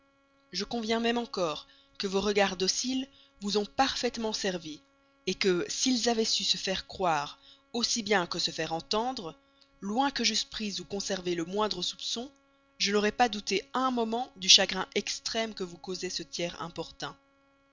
je conviens même encore que vos regards dociles vous ont parfaitement servie que s'ils avaient su se faire croire aussi bien que se faire entendre loin que j'eusse pris ou conservé le moindre soupçon je n'aurais pas douté un moment du chagrin extrême que vous causait ce tiers importun